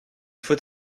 faut